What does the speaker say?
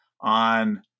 on